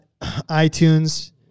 iTunes